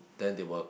then they will